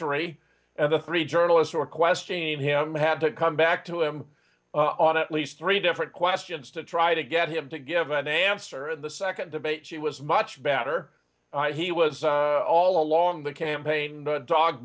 terrain and the three journalists who are questioning him had to come back to him on at least three different questions to try to get him to give an answer in the second debate she was much better he was all along the campaign dog